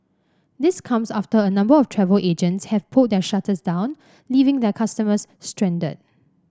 this comes after a number of travel agents have pulled their shutters down leaving their customers stranded